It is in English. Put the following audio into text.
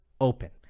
open